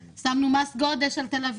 זאת הסיבה שהטלנו מס גודש על תל-אביב,